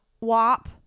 wop